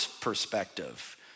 perspective